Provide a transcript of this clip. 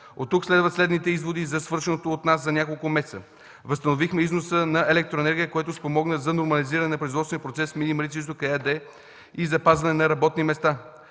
От тук следват следните изводи за свършеното от нас за няколко месеца: възстановихме износа на електроенергия, което спомогна за нормализиране на производствения процес в „Мини Марица изток” ЕАД и запазване на работни места;